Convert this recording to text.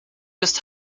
just